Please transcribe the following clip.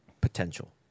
potential